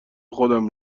خودم